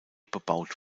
bebaut